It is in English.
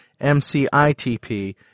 MCITP